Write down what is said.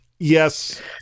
Yes